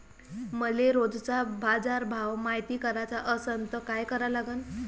मले रोजचा बाजारभव मायती कराचा असन त काय करा लागन?